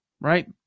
right